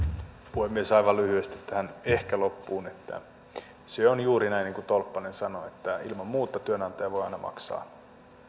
puhemies aivan lyhyesti tähän ehkä loppuun että se on juuri näin niin kuin tolppanen sanoi että ilman muuta työnantaja voi aina maksaa